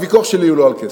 הוויכוח שלי הוא לא על כסף,